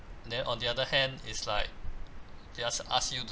then on the other hand is like they ask ask you to